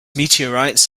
meteorites